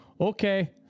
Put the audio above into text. okay